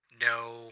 No